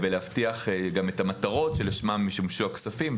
ולהבטיח גם את המטרות שלשמם ישמשו הכספים.